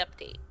update